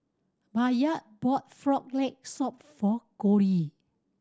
Bayard bought Frog Leg Soup for Kole